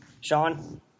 Sean